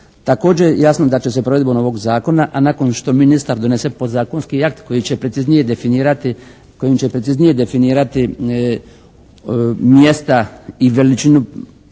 Također jasno je da će se provedbom ovog zakona a nakon što ministar donese podzakonski akt koji će preciznije definirati, kojim